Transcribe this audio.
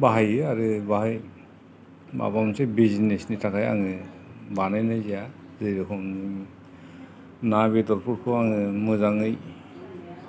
बाहायो आरो बेवहाय माबा मोनसे बिजिनेसनि थाखाय आङो बानायनाय जाया जेरेखम ना बेदरफोरखौ आङो मोजाङै